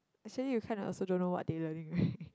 actually you kind of also don't know what they learning right